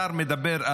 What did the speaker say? שר מדבר,